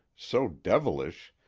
so devilish,